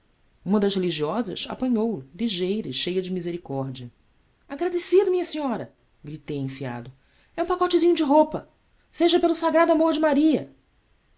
uma das religiosas apanhou-o ligeira e cheia de misericórdia agradecido minha senhora gritei enfiado e um pacotezinho de roupa seja pelo sagrado amor de maria